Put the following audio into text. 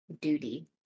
duty